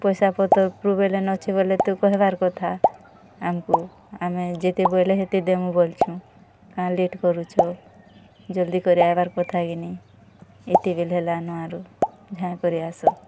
ପଇସା ପତର୍ ପ୍ରୋବଲେମ୍ ଅଛେ ବଏଲେ ତ କହେବାର୍ କଥା ଆମ୍କୁ ଆମେ ଯେତେ ବଏଲେ ହେତେ ଦେମୁ ବଲୁଛୁଁ କାଏଁ ଲେଟ୍ କରୁଛ ଜଲ୍ଦି କରି ଆଏବାର୍ କଥା କି ନାଇଁ ଏତେବେଲ୍ ହେଲାନ ଆରୁ ଝାଏଁକରି ଆସ